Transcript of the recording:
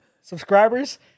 subscribers